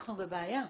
אנחנו בבעיה.